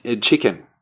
chicken